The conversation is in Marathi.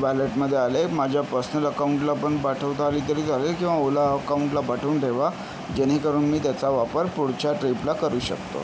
वॅलेटमध्ये आलीय माझ्या पर्सनल अकाउंटला पण पाठवता आली तरी चालेल किंवा ओला अकाउंटला पाठवून ठेवा जेणेकरून मी त्याचा वापर पुढच्या ट्रिपला करू शकतो